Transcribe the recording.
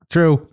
True